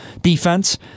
defense